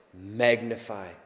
Magnify